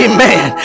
Amen